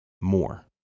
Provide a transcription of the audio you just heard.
more